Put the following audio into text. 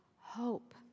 hope